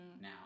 now